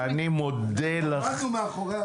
עמדנו מאחוריה.